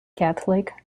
catholic